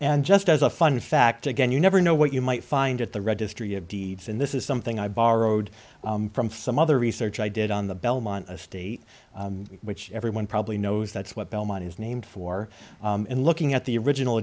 and just as a fun fact again you never know what you might find at the registry of deeds and this is something i borrowed from some other research i did on the belmont estate which everyone probably knows that's what belmont is named for and looking at the original